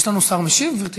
יש לנו שר משיב, גברתי?